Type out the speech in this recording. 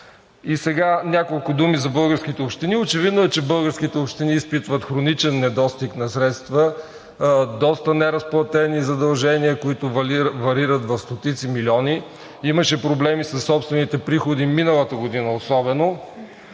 Сега няколко думи за българските общини. Очевидно е, че българските общини изпитват хроничен недостиг на средства – доста неразплатени задължения, които варират в стотици милиони. Имаше проблеми със собствените приходи, миналата година особено.